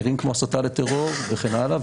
נראים כמו הסתה לטרור וכן הלאה,